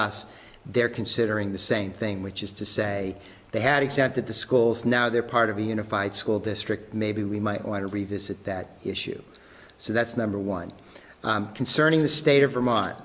us they're considering the same thing which is to say they had accepted the schools now they're part of a unified school district maybe we might want to revisit that issue so that's number one concerning the state